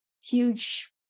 huge